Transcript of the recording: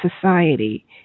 society